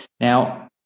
Now